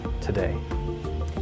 today